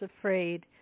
afraid